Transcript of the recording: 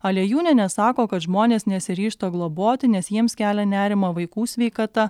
aliejūnienė sako kad žmonės nesiryžta globoti nes jiems kelia nerimą vaikų sveikata